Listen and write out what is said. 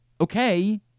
okay